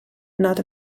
not